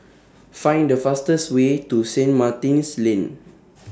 Find The fastest Way to Saint Martin's Lane